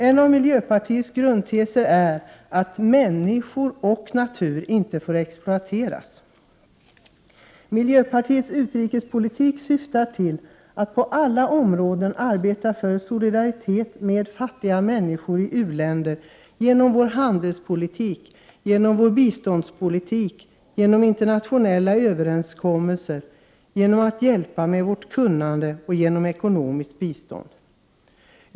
En av miljöpartiets grundteser är att människor och natur inte får exploateras. Miljöpartiets utrikespolitik syftar till att på alla områden arbeta för solidaritet med fattiga människor i u-länder — genom vår handelspolitik, genom vår biståndspolitik, genom internationella överenskommelser, genom att hjälpa med vårt kunnande och genom att ge ekonomiskt bistånd.